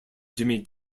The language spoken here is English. jimmy